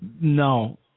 No